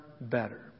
better